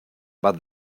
but